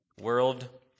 world